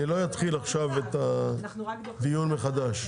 אני לא אתחיל עכשיו את הדיון מחדש.